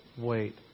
wait